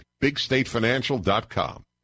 bigstatefinancial.com